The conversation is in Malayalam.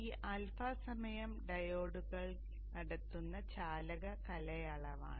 ഈ α സമയം ഡയോഡുകൾ നടത്തുന്ന ചാലക കാലയളവാണ്